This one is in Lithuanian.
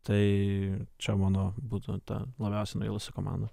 tai čia mano butą ta labiausiai nuvilusi komanda